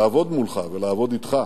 לעבוד מולך ולעבוד אתך,